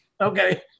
Okay